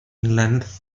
length